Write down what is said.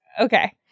okay